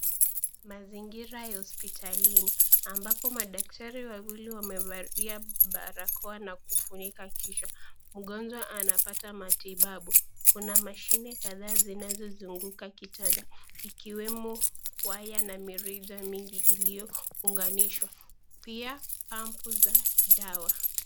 Mazingira ya hospitalini, ambapo madaktari wawili wamevalia barakoa na kufunika kichwa. Mgonjwa anapata matibabu. Kuna mashine kadhaa zinazozunguka kitanda, ikiwemo waya na mirija mingi iliyounganishwa. Pia pampu za dawa.